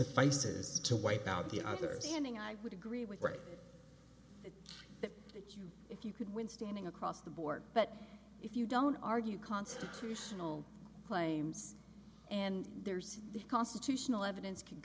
suffices to wipe out the other standing i would agree with race if you could win standing across the board but if you don't argue constitutional claims and there's constitutional evidence c